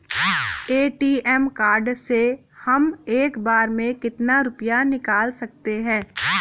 ATM card से हम एक बार में कितना रुपया निकाल सकते हैं?